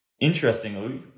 Interestingly